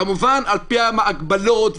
כמובן על פי ההגבלות,